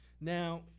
now